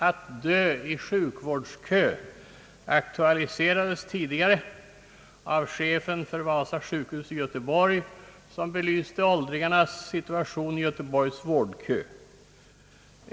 »Att dö i sjukvårdskö» aktualiserades tidigare av chefen för Wasa sjukhus i Göteborg, vilken belyste åldringarnas situation i Göteborgs vård kö.